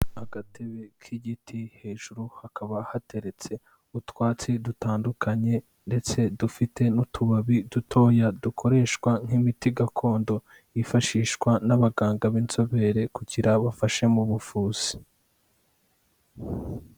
Agatebe k'igiti hejuru hakaba hateretse utwatsi dutandukanye ndetse dufite n'utubabi dutoya dukoreshwa nk'imiti gakondo, yifashishwa n'abaganga b'inzobere kugira bafashe mu buvuzi.